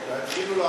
יתחילו,